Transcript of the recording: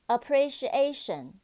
Appreciation